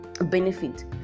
benefit